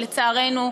לצערנו,